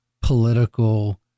political